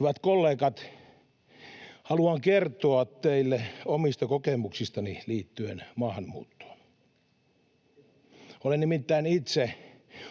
Hyvät kollegat, haluan kertoa teille omista kokemuksistani liittyen maahanmuuttoon. Olen nimittäin itse